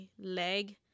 leg